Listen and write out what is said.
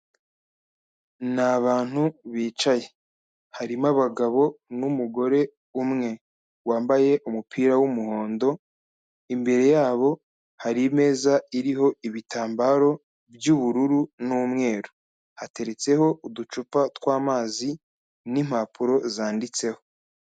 Ni abantu bicaye harimo abagabo n'umugore umwe wambaye umupira w'umuhondo, imbere yabo hari imeza iriho ibitambaro by'ubururu n'umweru hateretseho uducupa tw'amazi n'impapuro zanditseho.